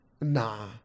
Nah